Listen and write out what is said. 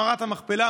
מערכת המכפלה,